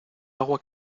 agua